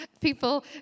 people